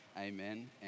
amen